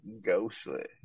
ghostly